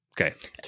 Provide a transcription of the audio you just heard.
okay